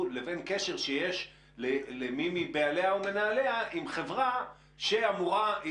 לבין קשר שיש למי מבעליה או מנהליה עם חברה שהיא